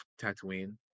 Tatooine